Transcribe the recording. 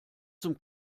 zum